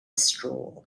straw